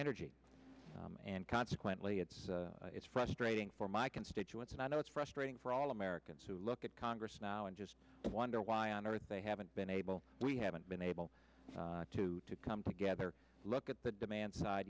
energy and consequently it's it's frustrating for my constituents and i know it's frustrating for all america to look at congress now and just wonder why on earth they haven't been able we haven't been able to come together look at the demand side